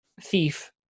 thief